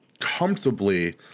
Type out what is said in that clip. comfortably